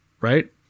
right